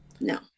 no